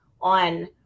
on